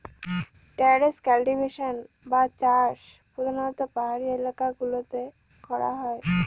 terrace cultivation বা চাষ প্রধানত পাহাড়ি এলাকা গুলোতে করা হয়